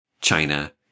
China